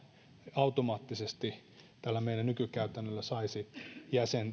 automaattisesti meidän nykykäytännöllämme saisi